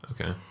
okay